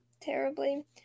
terribly